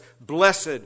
blessed